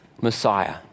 Messiah